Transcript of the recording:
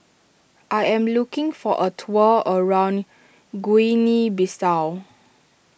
I am looking for a tour around Guinea Bissau